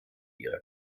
ihrer